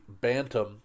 Bantam